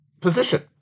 position